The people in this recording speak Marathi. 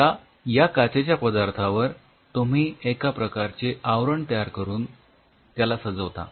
आता या काचेच्या पदार्थावर तुम्ही एका प्रकारचे आवरण तयार करून त्याला सजवता